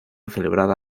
celebrada